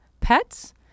pets